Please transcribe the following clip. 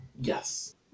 Yes